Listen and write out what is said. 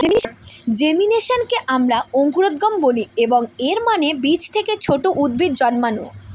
জেমিনেশনকে আমরা অঙ্কুরোদ্গম বলি, এবং এর মানে বীজ থেকে ছোট উদ্ভিদ জন্মানো